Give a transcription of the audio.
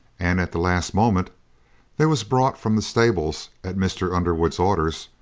and at the last moment there was brought from the stables at mr. underwood's orders,